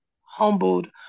humbled